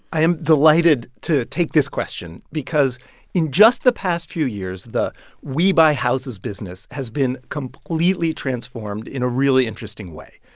i am delighted to take this question because in just the past few years, the we-buy-houses business has been completely transformed in a really interesting way.